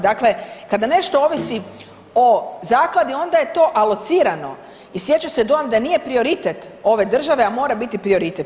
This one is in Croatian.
Dakle, kada nešto ovisi o zakladi onda je to alocirano i stječe se dojam da nije prioritet ove države, a mora biti prioritet.